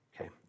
Okay